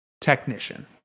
technician